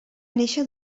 néixer